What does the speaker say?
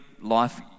life